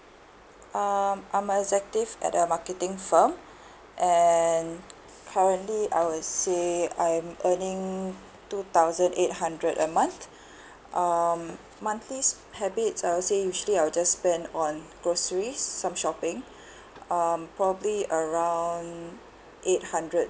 um I'm a executive at a marketing firm and currently I would say I'm earning two thousand eight hundred a month um monthly habits I would say usually I'll just spend or groceries some shopping um probably around eight hundred